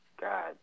God